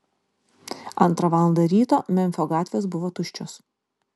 antrą valandą ryto memfio gatvės buvo tuščios